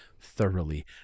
thoroughly